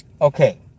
okay